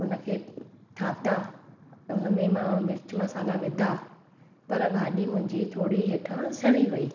उनखे ठाता हुनमें मां मिर्च मसाला विधा पर भाॼी मुंहिंजी थोरी हेठां सड़ी वई